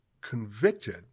convicted